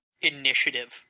initiative